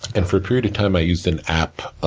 and, for a period of time, i used an app, ah